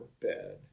bed